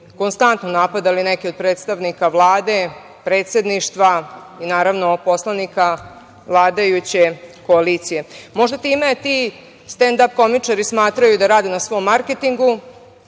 konstantno napadali neke od predstavnika Vlade, predsedništva i, naravno, poslanika vladajuće koalicije. Možda time ti stendap komičari smatraju da rade na svom marketingu